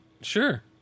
sure